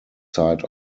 side